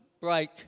break